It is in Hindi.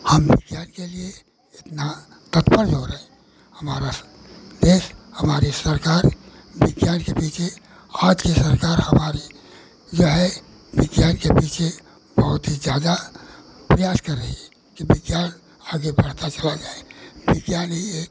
हम विज्ञान के लिए इतना तत्पर जो हो रहे हमारा देश हमारी सरकार विज्ञान के पीछे आज की सरकार हमारी यह है विज्ञान के पीछे बहुत ही ज़्यादा प्रयास कर रही है कि विज्ञान आगे बढ़ता चला जाए विज्ञान ही एक